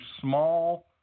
small